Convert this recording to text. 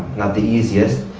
not the easiest,